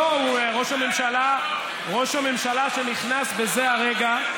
לא, ראש הממשלה, שנכנס בזה הרגע,